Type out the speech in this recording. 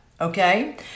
okay